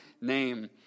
name